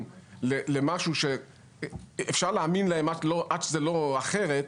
לכאלה שאפשר להאמין להם עד שזה לא אחרת,